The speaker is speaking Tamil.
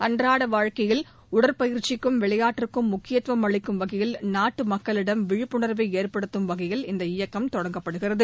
அன்றாட வாழ்க்கையில் உடற்பயிற்சிக்கும் விளையாட்டிற்கும் முக்கியத்துவம் அளிக்கும் வகையில் நாட்டு மக்களிடம் விழிப்புணாவை ஏற்படுத்தும் வகையில் இந்த இயக்கம் தொடங்கப்படுகிறது